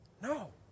No